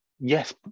yes